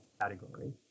category